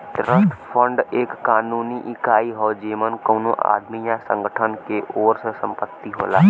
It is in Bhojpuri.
ट्रस्ट फंड एक कानूनी इकाई हौ जेमन कउनो आदमी या संगठन के ओर से संपत्ति होला